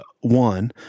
one